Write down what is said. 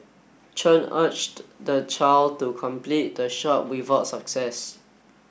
Chen urged the child to complete the shot without success